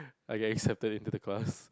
I get accepted into the class